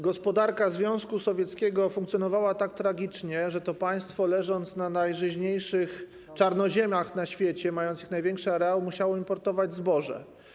Gospodarka Związku Sowieckiego funkcjonowała tak tragicznie, że to państwo, leżąc na najżyźniejszych czarnoziemach na świecie, mając ich największy areał, musiało importować zboże.